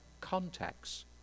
contacts